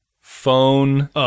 phone